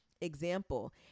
Example